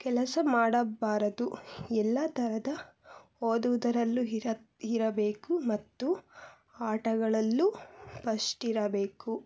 ಕೆಲಸ ಮಾಡಬಾರದು ಎಲ್ಲ ಥರದ ಓದುವುದರಲ್ಲೂ ಇರಬೇಕು ಮತ್ತು ಆಟಗಳಲ್ಲೂ ಫಸ್ಟ್ ಇರಬೇಕು